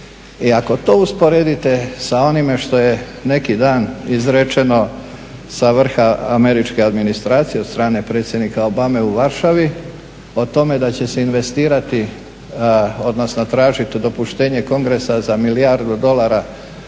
I ako to usporedite sa onime što je neki dan izrečeno sa vrha američke administracije od strane predsjednika Obame u Varšavi, o tome da će se investirati, odnosno tražiti dopuštenje kongresa za milijardu dolara